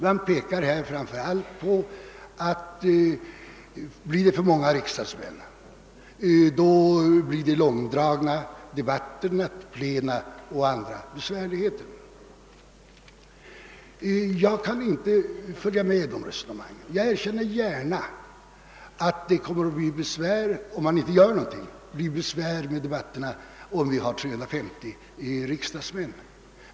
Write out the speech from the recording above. Man pekar framför allt på det förhållandet, att ett för stort antal riksdagsmän medför utdragna debatiter, långa plena och andra besvärligheter. Jag kan inte följa med i dessa resonemang. Jag erkänner gärna att det kommer att bli svårigheter, om man inte gör något åt debattformerna i en kammare med 350 ledamöter.